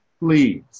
please